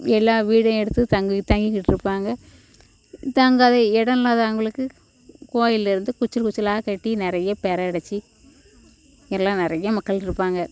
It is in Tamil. எல்லா வீடையும் எடுத்துத் தங்கித் தங்கிக்கிட்டுருப்பாங்க தங்காத இடம் இல்லாத அவங்களுக்கு கோவில்லேருந்து குச்சில் குச்சிலாக கட்டி நிறைய பேர அடைத்து எல்லா நிறைய மக்கள் இருப்பாங்க